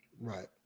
right